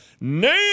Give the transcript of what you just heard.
Name